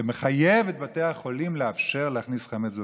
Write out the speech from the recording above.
ומחייב את בתי החולים לאפשר להכניס חמץ בפסח,